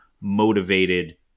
motivated